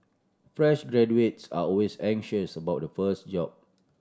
fresh graduates are always anxious about the first job